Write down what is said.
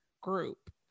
group